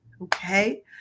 Okay